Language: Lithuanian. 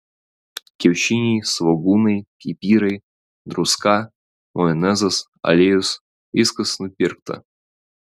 kiaušiniai svogūnai pipirai druska majonezas aliejus viskas nupirkta